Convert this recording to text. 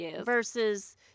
versus